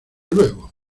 luego